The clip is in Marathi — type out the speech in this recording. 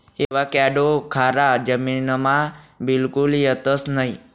एवाकॅडो खारा जमीनमा बिलकुल येतंस नयी